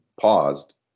paused